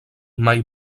mai